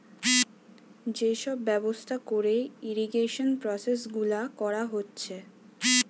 যে সব ব্যবস্থা কোরে ইরিগেশন প্রসেস গুলা কোরা হচ্ছে